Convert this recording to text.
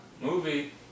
Movie